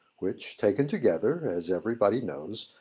which, taken together, as everybody knows,